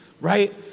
right